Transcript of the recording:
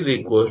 3